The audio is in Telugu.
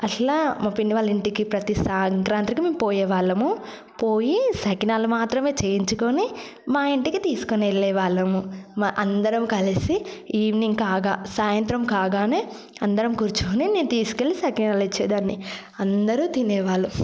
అట్లా మా పిన్ని వాళ్ళ ఇంటికి ప్రతిసా సంక్రాంతికి మేము పోయే వాళ్ళము పోయి సకినాలు మాత్రమే చేయించుకుని మా ఇంటికి తీసుకువెళ్లే వాళ్ళము మా అందరం కలిసి ఈవినింగ్ కాగా సాయంత్రం కాగానే అందరం కూర్చుని నేను తీసుకెళ్లి సకినాలు ఇచ్చేదాన్ని అందరూ తినేవాళ్లు